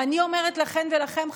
ואני אומרת לכן ולכם,